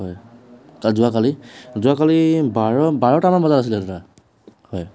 হয় কা যোৱাকালি যোৱাকালি বাৰটামানত আছিলে ধৰা হয়